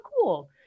cool